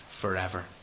forever